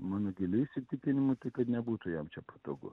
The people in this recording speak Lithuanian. mano giliu įsitikinimu tai kad nebūtų jam čia patogu